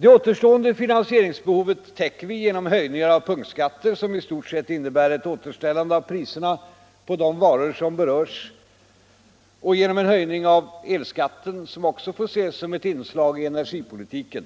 Det återstående finansieringsbehovet täcker vi genom höjningar av punktskatter, som i stort sett innebär ett återställande av priserna på de varor som berörs och genom en höjning av elskatten, som också får ses som ett inslag i energipolitiken